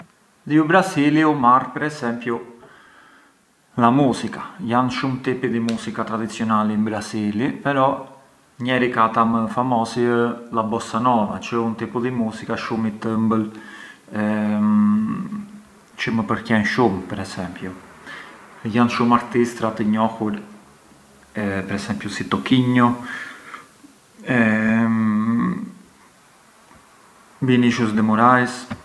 Di u Brasili ë marrë per esempi a musica, jan shumë tipi di musica tradizionali in Brasili, però njeri tek ata më famosi ë la bossa nova, çë ë un tipu di musica shumë i tëmbël e çë më përqen shumë per esempiu, jan shumë artistëra të njohur per esempiu si Toquinho Vinicius de Moraes.